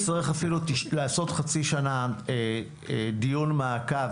ואם אני אצטרך אפילו לעשות אחרי חצי שנה דיון מעקב